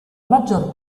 maggior